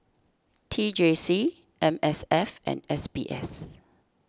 T J C M S F and S B S